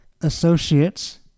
associates